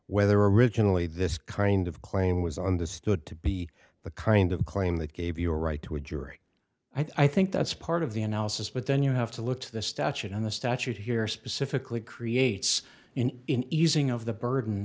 whether originally this kind of claim was understood to be the kind of claim that gave you a right to a jury i think that's part of the analysis but then you have to look to the statute and the statute here specifically creates an easing of the burden